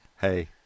Hey